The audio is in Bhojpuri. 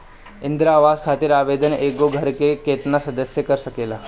इंदिरा आवास खातिर आवेदन एगो घर के केतना सदस्य कर सकेला?